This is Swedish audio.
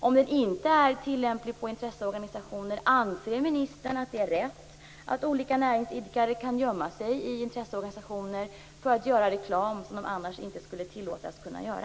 Om den inte är det, anser ministern att det är rätt att olika näringsidkare kan gömma sig i intresseorganisationer för att göra reklam som de annars inte skulle tillåtas göra?